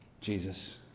jesus